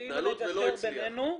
כאילו לגשר בינינו,